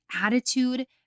attitude